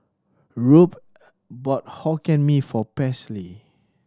Rube bought Hokkien Mee for Paisley